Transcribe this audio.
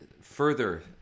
further